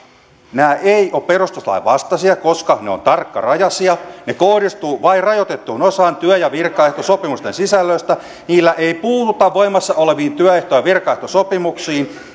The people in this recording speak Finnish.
nämä eivät ole perustuslain vastaisia koska ne ovat tarkkarajaisia ne kohdistuvat vain rajoitettuun osaan työ ja virkaehtosopimusten sisällöistä niillä ei puututa voimassa oleviin työehto ja virkaehtosopimuksiin